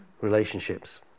relationships